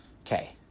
Okay